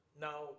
now